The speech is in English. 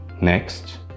Next